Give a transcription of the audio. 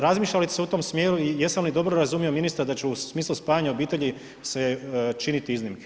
Razmišlja li se u tom smjeru i jesam li dobro razumio ministra, da će u smislu spajanja obitelji se činiti iznimke?